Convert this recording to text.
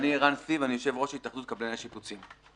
ערן סיב, יושב-ראש התאחדות קבלני השיפוצים.